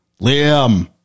liam